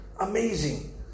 amazing